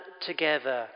together